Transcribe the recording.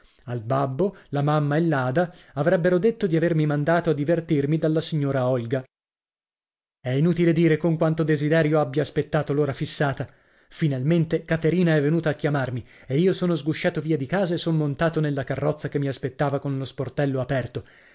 al babbo la mamma e l'ada avrebbero detto di avermi mandato a divertirmi dalla signora olga è inutile dire con quanto desiderio abbia aspettato l'ora fissata finalmente caterina è venuta a chiamarmi e io sono sgusciato via di casa e son montato nella carrozza che mi aspettava con lo sportello aperto